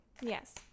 Yes